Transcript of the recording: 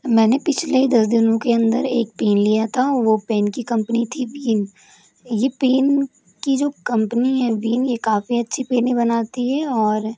मैंने पिछले दस दिनों के अंदर एक पेन लिया था वो पेन की कंपनी थी विन ये पेन की जो कंपनी है विन ये काफ़ी अच्छे पेनें बनाती है और